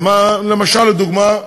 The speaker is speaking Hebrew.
למשל, לדוגמה,